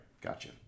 Gotcha